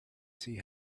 see